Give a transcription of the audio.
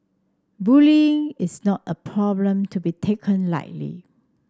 bullying is not a problem to be taken lightly